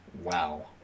Wow